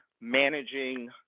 managing